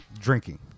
Drinking